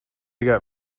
got